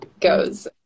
goes